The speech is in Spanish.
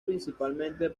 principalmente